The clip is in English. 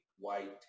White